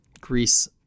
Greece